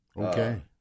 Okay